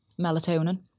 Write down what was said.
melatonin